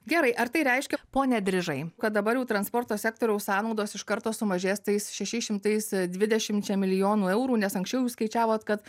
gerai ar tai reiškia pone drižai kad dabar jau transporto sektoriaus sąnaudos iš karto sumažės tais šešiais šimtais dvidešimčia milijonų eurų nes anksčiau jūs skaičiavot kad